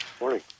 morning